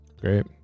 Great